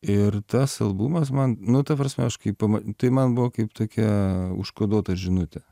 ir tas albumas man nu ta prasme aš kai tai man buvo kaip tokia užkoduota žinutė